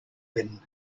vent